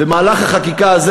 מהלך החקיקה הזה,